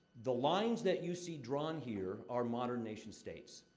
the lines that you see drawn here are modern nation states.